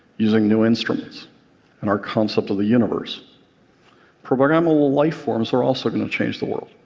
using new instruments and our concept of the universe programmable life forms are also going to change the world